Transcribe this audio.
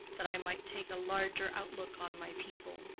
that i might take a larger outlook on my people,